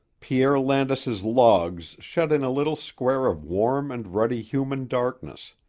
pierre landis's logs shut in a little square of warm and ruddy human darkness.